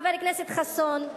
חבר הכנסת חסון,